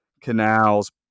canals